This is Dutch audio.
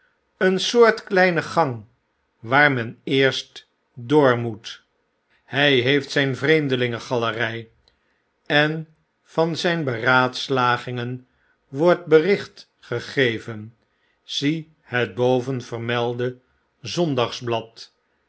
een soort kleine gang waar men eerst door moet hij heeft zyn vreemdelingen galerij en van zyn beraadslagingen wordt bericht gegeven zie het bovenverroelde